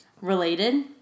related